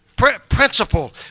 principle